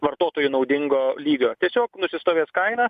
vartotojui naudingo lygio tiesiog nusistovės kaina